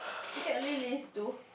you can only list two